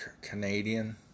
Canadian